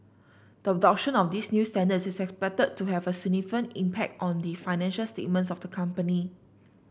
the adoption of these new standards is expected to have a significant impact on the financial statements of the company